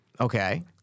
Okay